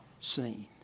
seen